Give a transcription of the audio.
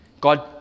God